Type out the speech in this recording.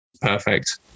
perfect